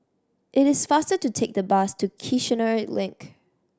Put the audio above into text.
it is faster to take the bus to Kiichener Link